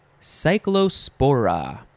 cyclospora